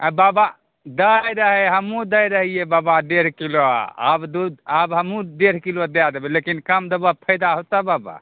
आ बाबा दै रहै हमहुँ दै रहियै बाबा डेढ़ किलो आ आब दू आब हमहुॅं डेढ़ किलो दए देबै लेकिन कम देबऽ तऽ फैदा होतऽ बाबा